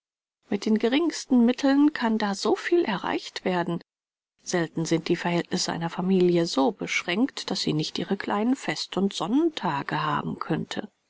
mit den geringsten mitteln kann da so viel erreicht werden selten sind die verhältnisse einer familie so beschränkt daß sie nicht ihre kleinen fest und sonnentage haben könnte